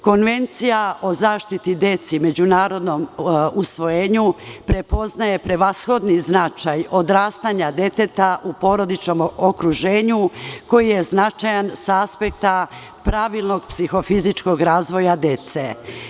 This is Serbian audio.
Konvencija o zaštiti dece međunarodnom usvojenju prepoznaje prevashodni značaj odrastanja deteta u porodičnom okruženju koji je značajan sa aspekta pravilnog psihofizičkog razvoja dece.